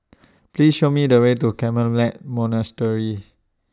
Please Show Me The Way to Carmelite Monastery